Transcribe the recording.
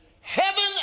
heaven